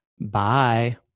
Bye